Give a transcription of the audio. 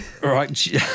Right